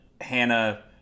Hannah